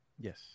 Yes